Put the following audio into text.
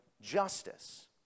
justice